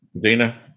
Dina